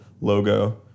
logo